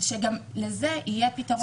-- שגם לזה יהיה פתרון בהמשך.